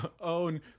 own